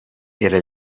era